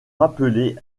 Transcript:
rappelé